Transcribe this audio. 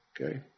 okay